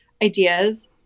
ideas